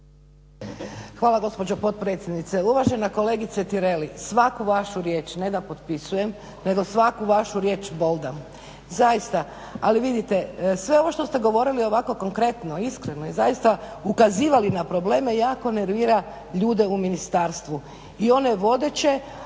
Hvala gospođo potpredsjednice. Uvažena kolegice Tireli, svaku vašu riječ ne da potpisujem, nego svaku vašu riječ boldam. Zaista, ali vidite, sve ovo što ste govorili ovako konkretno, iskreno i zaista ukazivali na probleme jako nervira ljude u ministarstvu. I one vodeće